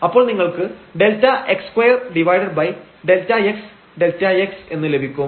അപ്പോൾ നിങ്ങൾക്ക് Δx2|Δx|Δx എന്ന് ലഭിക്കും